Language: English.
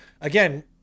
again